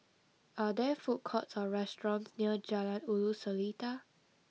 are there food courts or restaurants near Jalan Ulu Seletar